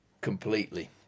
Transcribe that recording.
completely